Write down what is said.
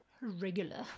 regular